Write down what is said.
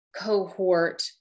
cohort